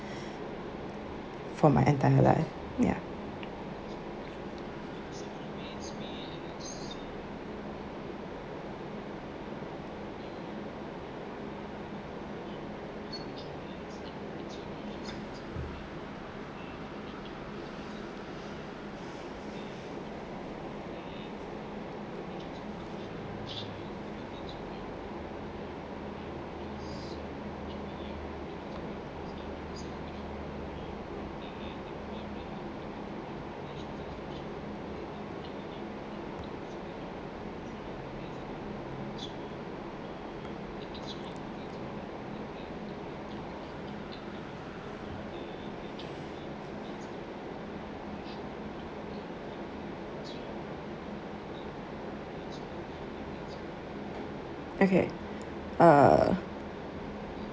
for my entire life ya okay uh